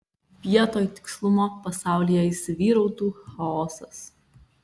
vietoj tikslumo pasaulyje įsivyrautų chaosas